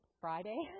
Friday